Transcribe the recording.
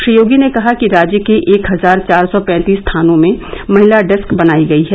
श्री योगी ने कहा कि राज्य के एक हजार चार सौ पैंतीस थानों में महिला डेस्क बनाई गई हैं